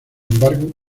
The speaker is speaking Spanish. embargo